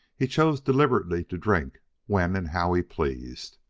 he chose deliberately to drink when and how he pleased.